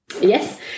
Yes